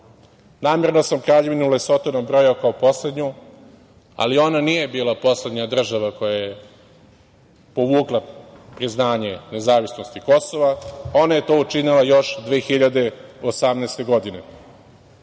Lesoto. Namerno sam Kraljevinu Lesoto nabrojao kao poslednju, ali ona nije bila poslednja država koja je povukla priznanje nezavisnosti Kosova, ona je to učinila još 2018. godine. Dobri